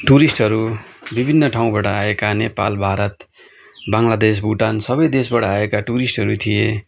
टुरिस्टहरू विभिन्न ठाउँबाट आएका नेपाल भारत बङ्ग्लादेश भुटान सबै देशबाट आएका टुरिस्टहरू थिए